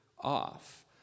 off